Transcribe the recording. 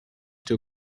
too